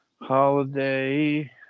Holiday